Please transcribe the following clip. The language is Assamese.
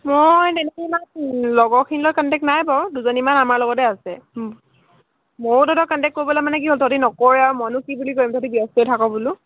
মই তেনেকৈ ইমান লগৰখিনিৰ লগত কণ্টেক্ট নাই বাৰু দুজনীমান আমাৰ লগতে আছে ময়োতোটো এতিয়া কণ্টেক্ট কৰিবলৈ মানে কি হ'ল তহঁতে নকৰই আৰু মইনো কি বুলি কৰিম তহঁতে ব্যস্তই থাক বোলো